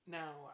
now